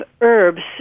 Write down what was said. herbs